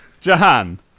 Jahan